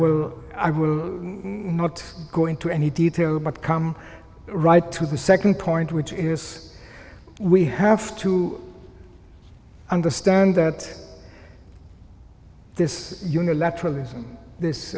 will i will not go into any detail but come right to the second point which is we have to understand that this unilateralism this